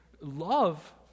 love